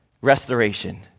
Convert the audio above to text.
Restoration